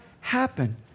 happen